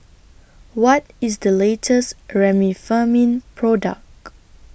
What IS The latest Remifemin Product